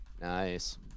Nice